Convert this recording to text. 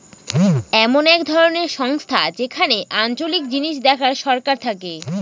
এমন এক ধরনের সংস্থা যেখানে আঞ্চলিক জিনিস দেখার সরকার থাকে